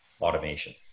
automation